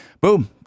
boom